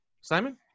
Simon